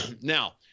Now